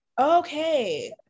Okay